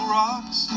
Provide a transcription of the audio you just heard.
rocks